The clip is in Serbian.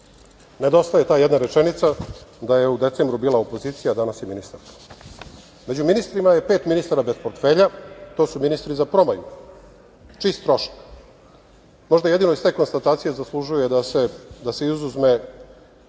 to. Nedostaje ta jedna rečenica da je u decembru bila opozicija, a danas je ministarka.Među ministrima je pet ministara bez portfelja. To su ministri za promaju, čist trošak. Možda jedino iz te konstatacije zaslužuje da se izuzmu